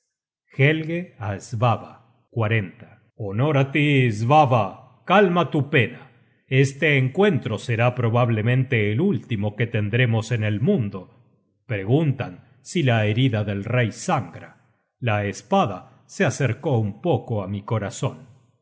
generated at helge á svava honor á tí svava calma tu pena este encuentro será probablemente el último que tendremos en el mundo preguntan si la herida del rey sangra la espada se acercó un poco á mi corazon